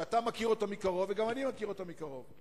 שאתה מכיר אותה מקרוב וגם אני מכיר אותה מקרוב.